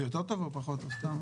זה יותר טוב או פחות טוב?